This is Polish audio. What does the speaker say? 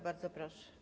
Bardzo proszę.